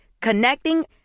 Connecting